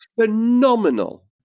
phenomenal